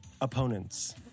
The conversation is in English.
opponents